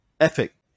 Epic